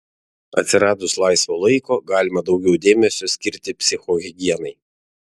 atsiradus laisvo laiko galima daugiau dėmesio skirti psichohigienai